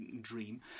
dream